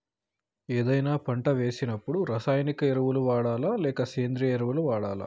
ఏదైనా పంట వేసినప్పుడు రసాయనిక ఎరువులు వాడాలా? లేక సేంద్రీయ ఎరవులా?